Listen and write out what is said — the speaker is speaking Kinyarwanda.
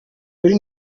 willy